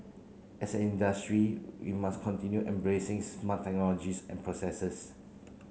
as an industry we must continue embracing smart technologies and processes